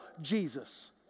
Jesus